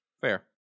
Fair